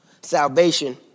Salvation